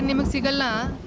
mangala,